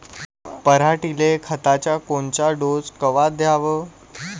पऱ्हाटीले खताचा कोनचा डोस कवा द्याव?